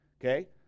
Okay